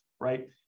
right